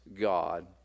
God